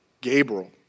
Gabriel